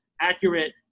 accurate